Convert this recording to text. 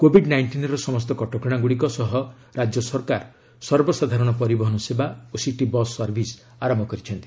Covid ନାଇଣ୍ଟିନ୍ର ସମସ୍ତ କଟକଣାଗୁଡ଼ିକ ସହ ରାଜ୍ୟ ସରକାର ସର୍ବସାଧାରଣ ପରିବହନ ସେବା ଓ ସିଟି ବସ୍ ସର୍ଭିସ୍ ଆରମ୍ଭ କରିଛନ୍ତି